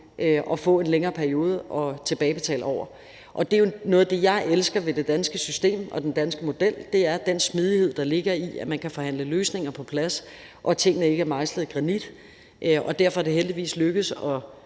og få en længere periode at tilbagebetale over? Det er jo noget af det, jeg elsker ved det danske system og den danske model, nemlig den smidighed, der ligger i, at man kan forhandle løsninger på plads, og at tingene ikke er mejslet i granit, og derfor er det heldigvis lykkedes at